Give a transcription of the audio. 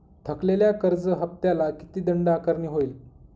थकलेल्या कर्ज हफ्त्याला किती दंड आकारणी होईल?